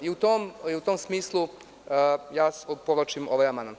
U tom smislu ja povlačim ovaj amandman.